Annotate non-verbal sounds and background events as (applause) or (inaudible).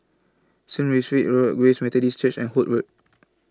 Saint (unintelligible) Road Grace Methodist Church and Holt Road